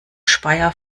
speyer